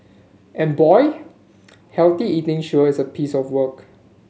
and boy healthy eating sure is a piece of work